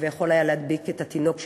ויכול היה להדביק את התינוק,